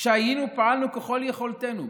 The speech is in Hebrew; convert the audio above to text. כשהיינו פעלנו ככל יכולתנו.